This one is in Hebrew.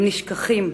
הם נשכחים.